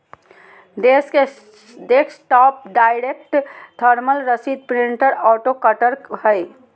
desktop direct thermal रसीद printer auto cutter हइ